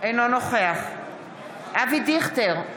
אינו נוכח אבי דיכטר,